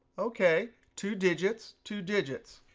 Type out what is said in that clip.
ok, two digits, two digits,